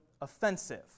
offensive